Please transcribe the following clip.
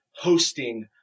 hosting